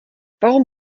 warum